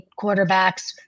quarterbacks